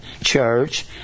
church